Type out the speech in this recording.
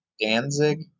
Danzig